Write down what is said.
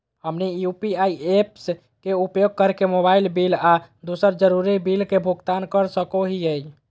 हमनी UPI apps के उपयोग करके मोबाइल बिल आ दूसर जरुरी बिल के भुगतान कर सको हीयई